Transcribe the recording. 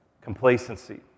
Complacency